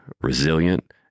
resilient